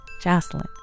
Jocelyn